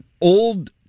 old